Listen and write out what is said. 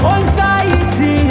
Anxiety